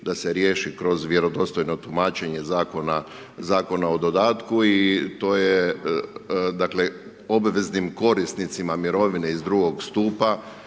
da se riješi kroz vjerodostojno tumačenja zakona, Zakona o dodatku i to je dakle, obveznim korisnicima mirovine iz drugog stupa,